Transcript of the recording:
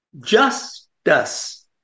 justice